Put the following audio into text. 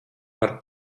par